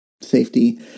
safety